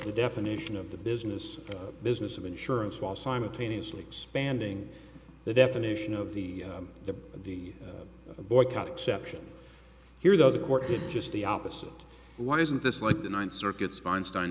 the definition of the business to business of insurance while simultaneously expanding the definition of the the the boycott exception here though the court did just the opposite why isn't this like the ninth circuit's feinstein